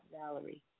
Valerie